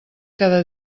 cada